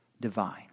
divine